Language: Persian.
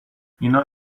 اینا